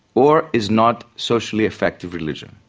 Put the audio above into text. or is not socially effective religion.